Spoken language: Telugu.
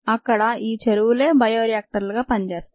అక్కడ ఈ చెరువులే బయో రియాక్టర్లుగా పనిచేస్తాయి